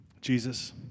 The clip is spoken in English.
Jesus